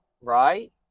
Right